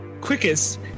quickest